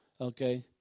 Okay